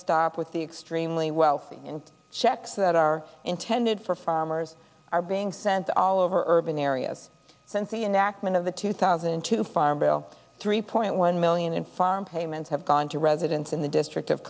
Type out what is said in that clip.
stop with the extremely wealthy and checks that are intended for farmers are being sent all over urban areas since the enactment of the two thousand and two farm bill three point one million in farm payments have gone to residents in the district of